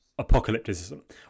apocalypticism